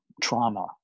trauma